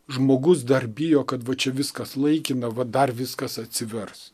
žmogus dar bijo kad va čia viskas laikina vat dar viskas atsivers